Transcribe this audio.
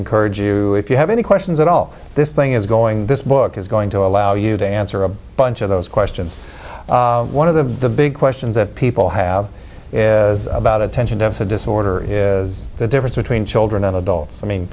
encourage you if you have any questions at all this thing is going this book is going to allow you to answer a bunch of those questions one of the big questions that people have is about attention deficit disorder is the difference between children and adults i mean